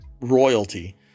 royalty